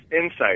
insight